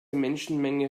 menschenmenge